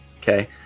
Okay